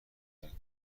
ترک